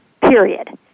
period